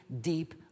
deep